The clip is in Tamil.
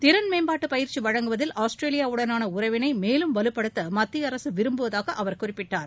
திறன் மேம்பாட்டு பயிற்சி வழங்குவதில் ஆஸ்திரேலியாவுடனான உறவினை மேலும் வலுப்படுத்த மத்திய அரசு விரும்புவதாக அவர் குறிப்பிட்டார்